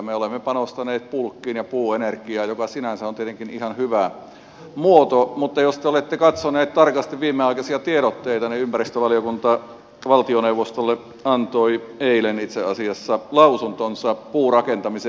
me olemme panostaneet bulkkiin ja puuenergiaan joka sinänsä on tietenkin ihan hyvä muoto mutta jos te olette katsoneet tarkasti viimeaikaisia tiedotteita niin ympäristövaliokunta valtioneuvostolle antoi eilen itse asiassa lausuntonsa puurakentamisen edistämisestä